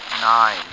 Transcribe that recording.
Nine